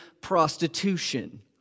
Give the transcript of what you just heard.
prostitution